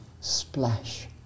Splash